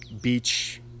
beach